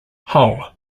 hull